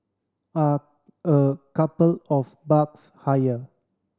are a couple of bucks higher